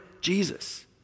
Jesus